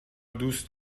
دوست